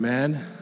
Amen